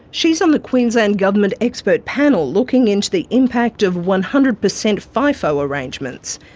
she's on the queensland government expert panel looking into the impact of one hundred percent fifo arrangements.